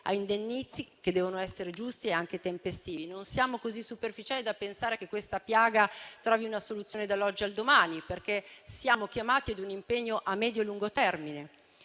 a indennizzi che devono essere giusti e tempestivi. Non siamo così superficiali da pensare che questa piaga trovi una soluzione dall'oggi al domani, perché siamo chiamati a un impegno a medio e lungo termine.